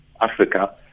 Africa